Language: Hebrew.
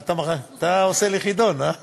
אבל אתה עושה לי חידון, אה?